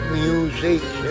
music